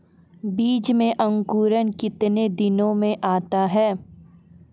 बीज मे अंकुरण कितने दिनों मे आता हैं?